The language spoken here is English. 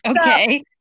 Okay